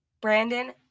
Brandon